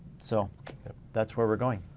so that's where we're going.